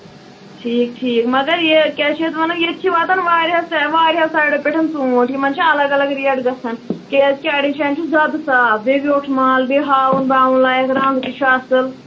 ٹھیٖک ٹھیٖک مَگر یہِ کیٛاہ چھِ یَتھ وَنان ییٚتہِ چھِ واتان واریاہَس ٹایم وارِیَہو سایڈَو پٮ۪ٹھ ژوٗنٹھۍ یِمن چھِ اَلگ الگ ریٹ گژھان کیٛازِ کہِ اَڈٮ۪ن جایَن چھُ زیادٕ صاف بیٚیہ ویوٚٹھ مال بیٚیہِ ہاوُن باوُن لایَک رَنگ تہِ چھُ اَصٕل